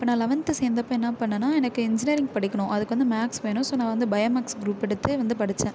இப்போது நான் லெவன்த் சேர்ந்தப்ப என்ன பண்ணிணேன்னா எனக்கு இன்ஜினியரிங் படிக்கணும் அதுக்கு வந்து மேக்ஸ் வேணும் ஸோ நான் வந்து பயோ மேக்ஸ் குரூப் எடுத்து வந்து படித்தேன்